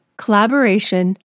Collaboration